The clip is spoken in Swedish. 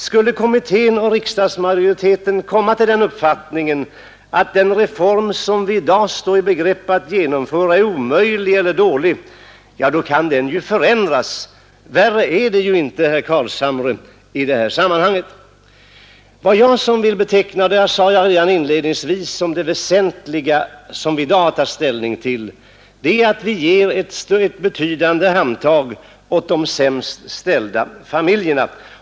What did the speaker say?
Skulle kommittén och riksdagsmajoriteten komma till den uppfattningen att den reform som vi i dag står i begrepp att genomföra är omöjlig eller dålig, kan den ju förändras. Värre är det inte, herr Carlshamre. Redan inledningsvis sade jag att vad jag betecknar som det väsentliga som vi i dag har att ta ställning till är om man skall ge ett betydande handtag åt de sämst ställda familjerna.